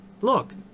Look